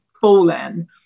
fallen